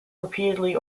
repeatedly